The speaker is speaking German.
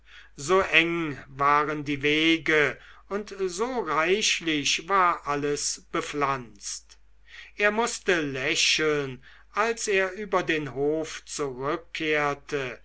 so eng waren die wege und so reichlich war alles bepflanzt er mußte lächeln als er über den hof zurückkehrte